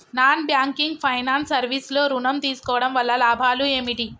Non banking finance service లో ఋణం తీసుకోవడం వల్ల లాభాలు ఏమిటి?